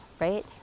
right